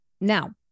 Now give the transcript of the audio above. Now